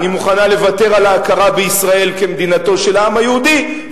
אני מוכנה לוותר על ההכרה בישראל כמדינתו של העם היהודי,